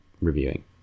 reviewing